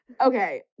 Okay